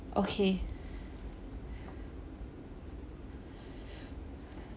okay